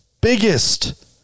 biggest